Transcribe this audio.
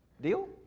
Deal